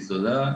היא זולה,